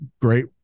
Great